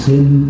Sin